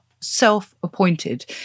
self-appointed